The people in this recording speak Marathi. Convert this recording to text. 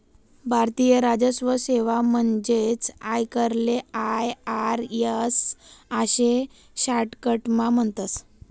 भारतीय राजस्व सेवा म्हणजेच आयकरले आय.आर.एस आशे शाटकटमा म्हणतस